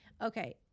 okay